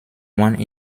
one